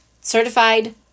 Certified